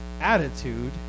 attitude